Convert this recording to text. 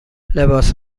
لباس